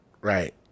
Right